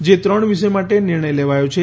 જે ત્રણ વિષય માટે નિર્ણય લેવાયો છે